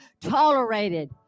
tolerated